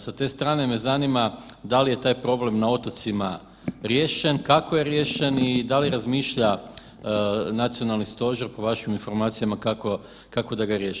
Sa te strane me zanima da li je taj problem na otocima riješen, kako je riješen i da li razmišlja nacionalni stožer po vašim informacijama kako da ga riješi.